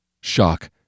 Shock